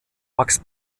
max